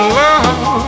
love